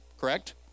Correct